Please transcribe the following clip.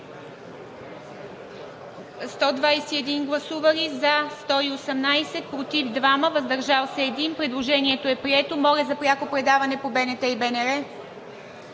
представители: за 118, против 2, въздържал се 1. Предложението е прието. Моля за пряко предаване по БНТ и БНР.